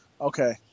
Okay